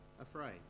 afraid